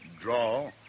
draw